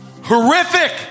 Horrific